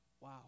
wow